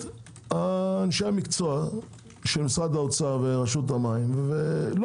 אנשי המקצוע של משרד האוצר ורשות המים לא